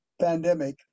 pandemic